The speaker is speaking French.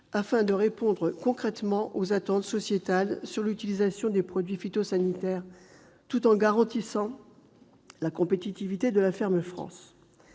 afin de répondre concrètement aux attentes sociétales sur l'utilisation des produits phytosanitaires, tout en garantissant la compétitivité de la Ferme France.